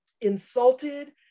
insulted